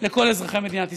לכל אזרחי מדינת ישראל.